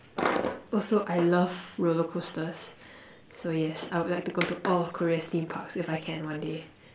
also I love roller coasters so yes I would like to go to all Korea's theme parks if I can one day